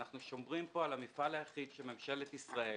אנחנו שומרים פה על המפעל היחיד שממשלת ישראל